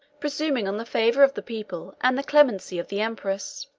presuming on the favor of the people and the clemency of the empress.